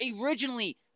originally